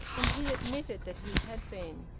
and he admitted that he had been.